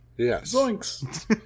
Yes